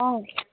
অঁ